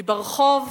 היא ברחוב,